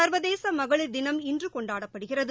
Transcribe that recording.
சர்வதேச மகளிர் தினம் இன்று கொண்டாடப்படுகிறது